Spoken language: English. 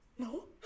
No